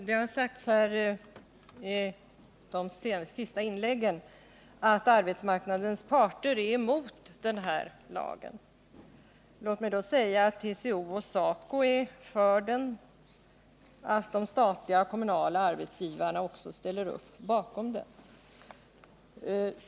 Herr talman! Det har i de senaste inläggen sagts att arbetsmarknadens parter är emot den här lagen. Men låt mig då säga att TCO och SACO är för den och att de statliga och kommunala arbetsgivarna också ställer upp bakom den.